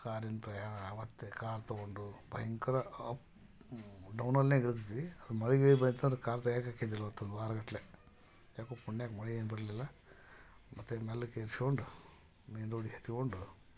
ಕಾರಿನ ಪ್ರಯಾಣ ಮತ್ತೆ ಕಾರ್ ತಗೊಂಡು ಭಯಂಕರ ಅಪ್ ಡೌನಲ್ಲೇ ಇಳಿದಿದ್ವಿ ಅದು ಮಳೆ ಗಿಳೆ ಬಂದಿತ್ತಂದ್ರೆ ಕಾರ್ ತೆಗೆಯೋಕ್ಕಾಕ್ಕಿದ್ದಿಲ್ಲ ಒಂದು ವಾರಗಟ್ಟಲೆ ಯಾಕೋ ಪುಣ್ಯಕ್ಕೆ ಮಳೆ ಏನೂ ಬರಲಿಲ್ಲ ಮತ್ತೆ ಮೇಲಕ್ಕೆ ಏರಿಸಿಕೊಂಡು ಮೈನ್ ರೋಡ್ಗೆ ಹತ್ತಿಕೊಂಡು